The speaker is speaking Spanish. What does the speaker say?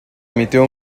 emitió